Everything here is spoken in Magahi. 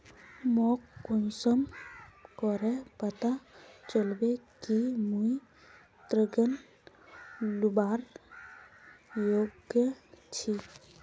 मोक कुंसम करे पता चलबे कि मुई ऋण लुबार योग्य छी?